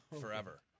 forever